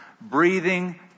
breathing